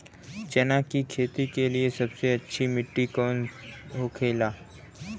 चना की खेती के लिए सबसे अच्छी मिट्टी कौन होखे ला?